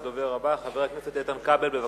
הדובר הבא, חבר הכנסת איתן כבל, בבקשה.